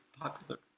popular